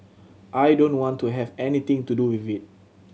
I don't want to have anything to do with it